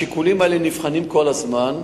השיקולים האלה נבחנים כל הזמן.